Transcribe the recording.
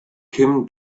kim